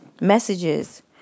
messages